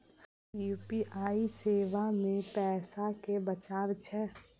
Sir UPI सेवा मे पैसा केँ बचाब छैय?